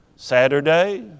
Saturday